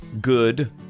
good